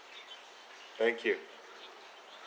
thank you